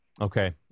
Okay